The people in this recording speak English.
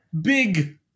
big